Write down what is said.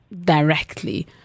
directly